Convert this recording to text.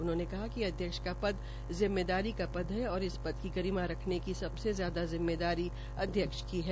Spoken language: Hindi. उन्होंने कहा कि अध्यक्ष का पद जिम्मेदारी का पद है और इस पद की गरिमा रखने की सबसे ज्यादा जिम्मेदारी अध्यक्ष की है